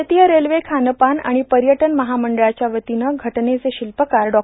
भारतीय रेल्वे खानपान आणि पर्यटन महामंडळच्या वतीनं घटनेचे शिल्पकार डॉ